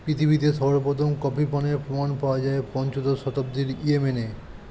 পৃথিবীতে সর্বপ্রথম কফি পানের প্রমাণ পাওয়া যায় পঞ্চদশ শতাব্দীর ইয়েমেনে